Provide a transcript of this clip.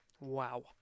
Wow